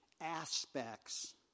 aspects